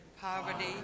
poverty